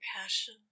passion